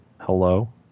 Hello